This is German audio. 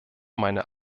meiner